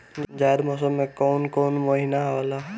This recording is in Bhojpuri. जायद मौसम में कौन कउन कउन महीना आवेला?